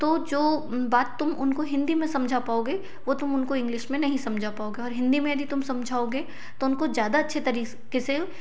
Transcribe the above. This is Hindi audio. तो जो बात तुम उनको हिंदी में समझा पाओगे वो तुम उनको इंग्लिश में नहीं समझा पाओगे और हिंदी में यदि तुम समझाओगे तो उनको ज़्यादा अच्छे तरीक़े से